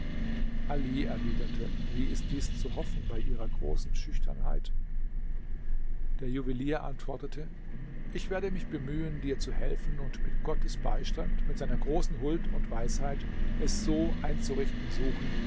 ali erwiderte wie ist dies zu hoffen bei ihrer großen schüchternheit der juwelier antwortete ich werde mich bemühen dir zu helfen und mit gottes beistand mit seiner großen huld und weisheit es so einzurichten suchen